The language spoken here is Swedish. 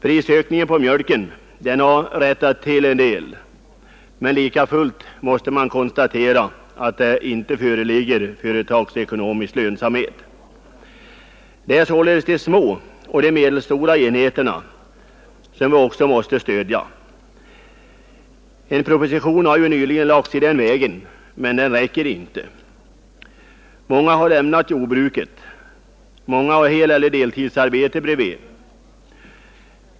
Prissättningen på mjölken har rättats till en del, men likafullt måste man konstatera att det inte föreligger företagsekonomisk lönsamhet. Det är således de små och medelstora enheterna som vi också måste stödja. En proposition med det syftet har nyligen framlagts, men det räcker inte. Många har lämnat jordbruket. Många har heleller deltidsarbete bredvid.